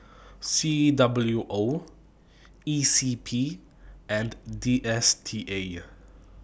C W O E C P and D S T A